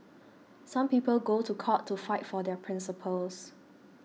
some people go to court to fight for their principles